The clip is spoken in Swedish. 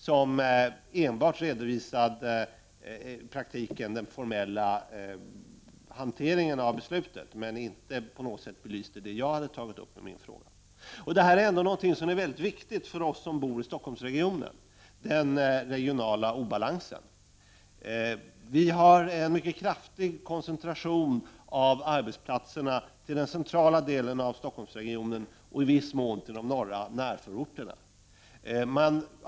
Det svaret redovisar i praktiken enbart den formella hanteringen av beslutet, men belyser inte på något sätt det jag har tagit upp i min fråga. Den regionala obalansen är ändå något som är mycket viktigt för oss som bor i Stockholmsregionen. Vi har en mycket kraftig koncentration av arbetsplatserna till den centrala delen av Stockholmsregionen och i viss mån till de norra närförorterna.